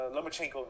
Lomachenko